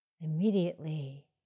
immediately